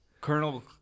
Colonel